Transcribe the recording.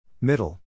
Middle